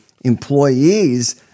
employees